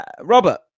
robert